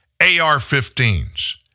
AR-15s